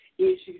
Issues